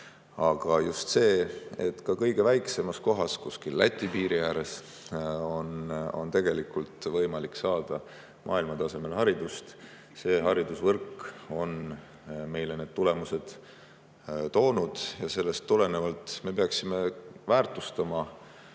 haridusvõrgule on ka kõige väiksemas kohas kuskil Läti piiri ääres tegelikult võimalik saada maailmatasemel haridust, on meile need tulemused toonud. Ja sellest tulenevalt me peaksime väärtustama